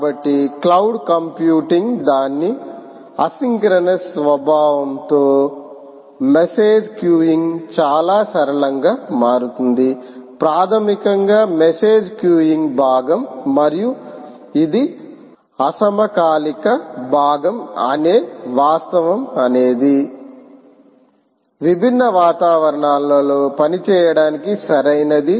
కాబట్టి cloud computing దాని asynchronous స్వభావంతో మెసేజ్ క్యూయింగ్ చాలా సరళంగా మారుతుంది ప్రాథమికంగా మెసేజ్ క్యూయింగ్ భాగం మరియు ఇది అసమకాలిక భాగం అనే వాస్తవం అనేది విభిన్న వాతావరణాలలో పనిచేయడానికి సరైనది